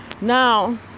now